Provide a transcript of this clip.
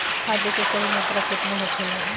खाद्य के सही मात्रा केतना होखेला?